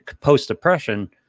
post-depression